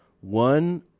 One